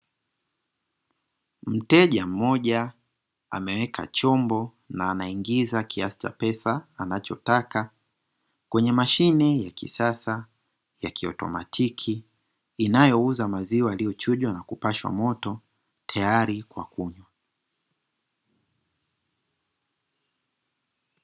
Mteja mmoja ameweka chombo na anaingiza kiasi cha pesa anachotaka kwenye mashine ya kisasa ya kiotomatiki, inayouza maziwa yaliyochujwa na kupashwa moto tayari kwa kunywa.